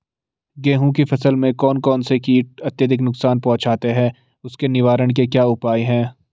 गेहूँ की फसल में कौन कौन से कीट अत्यधिक नुकसान पहुंचाते हैं उसके निवारण के क्या उपाय हैं?